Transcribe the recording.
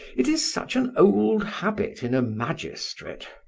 it is such an old habit in a magistrate!